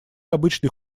обычный